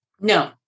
No